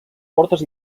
portes